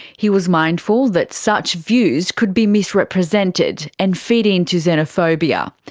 he was mindful that such views could be misrepresented, and feed into xenophobia.